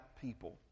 people